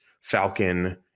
Falcon